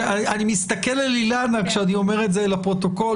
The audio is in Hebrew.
אבל אני מסתכל על אילנה כשאני אומר את זה לפרוטוקול